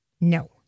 No